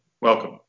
welcome